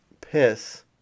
Piss